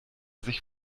sich